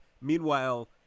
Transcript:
Meanwhile